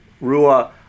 Rua